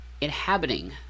inhabiting